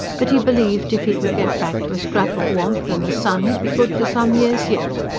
but he believed if he could get back to a scrap of warmth and the sun, he'd be good for some years yet.